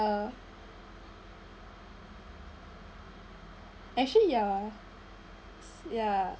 uh actually ya yeah